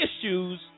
issues